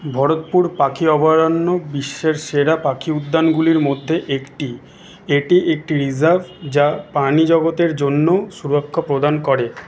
ভরতপুর পাখি অভয়ারণ্য বিশ্বের সেরা পাখি উদ্যানগুলির মধ্যে একটি এটি একটি রিজার্ভ যা প্রাণীজগতের জন্য সুরক্ষা প্রদান করে